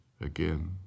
again